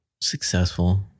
Successful